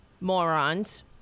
morons